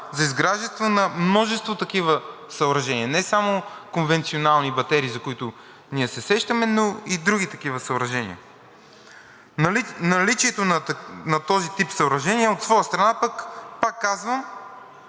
за изграждането на множество такива съоръжения, не само конвенционални батерии, за които ние се сещаме, но и други такива съоръжения. Наличието на този тип съоръжения от своя страна пък, пак казвам,